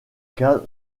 cas